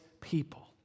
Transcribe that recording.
people